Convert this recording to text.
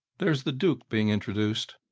there's the duke being introduced.